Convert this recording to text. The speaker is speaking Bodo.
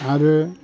आरो